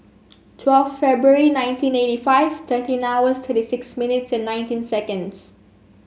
twelve February nineteen eighty five thirteen hours thirty six minutes and nineteen seconds